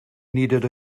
needed